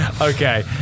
Okay